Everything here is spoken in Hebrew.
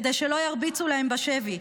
כדי שלא ירביצו להם בשבי.